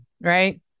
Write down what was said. Right